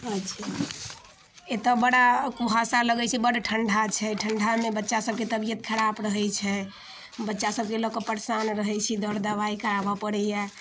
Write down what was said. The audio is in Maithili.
एतऽ बड़ा कुहासा लगै छै बड़ ठण्डा छै ठण्डामे बच्चा सभके तबियत खराब रहै छै बच्चा सभके लऽ कऽ परेशान रहै छी दर दबाइ कराबऽ पड़ैए